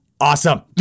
awesome